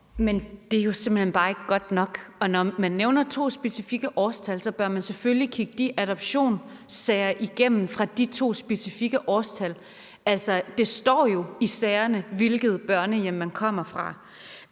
Men det er jo simpelt hen bare ikke godt nok, og når man nævner to specifikke årstal, bør man selvfølgelig også kigge de adoptionssager igennem fra de to specifikke årstal. Altså, det står jo i sagerne, hvilket børnehjem man kommer fra,